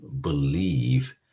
believe